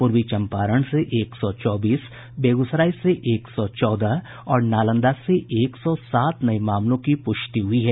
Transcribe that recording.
पूर्वी चम्पारण से एक सौ चौबीस बेगूसराय से एक सौ चौदह और नालंदा से एक सौ सात नये मामलों की पुष्टि हुई है